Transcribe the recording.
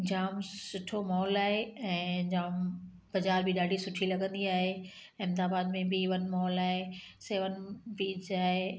जाम सुठो मॉल आहे ऐं जाम बाज़ारि बि ॾाढी सुठी लॻंदी आहे अहमदाबाद में बि ए वन मॉल आहे सेवन बीच आहे